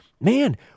Man